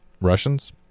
Russians